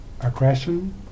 aggression